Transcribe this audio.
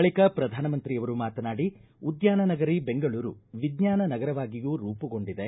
ಬಳಿಕ ಪ್ರಧಾನಮಂತ್ರಿಯವರು ಮಾತನಾಡಿ ಉದ್ಯಾನ ನಗರಿ ಬೆಂಗಳೂರು ವಿಜ್ವಾನ ನಗರವಾಗಿಯೂ ರೂಪುಗೊಂಡಿದೆ